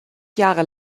jahre